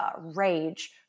rage